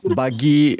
bagi